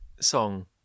song